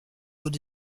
hauts